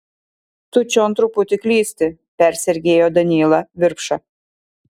tu čion truputį klysti persergėjo danylą virpša